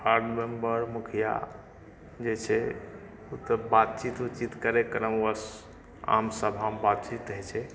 ward member मुखिया जे छै ओ तऽ बातचित ऊतचित करै क्रमवश आमसभामे बातचित होइ छै